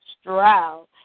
Stroud